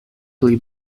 pli